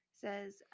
says